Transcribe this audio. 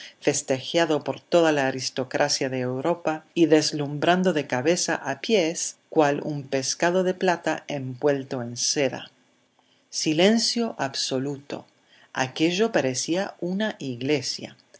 festejado por toda la aristocracia de europa y deslumbrando de cabeza a pies cual un pescado de plata envuelto en seda silencio absoluto aquello parecía una iglesia